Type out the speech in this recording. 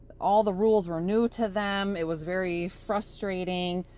all the rules were new to them. it was very frustrating.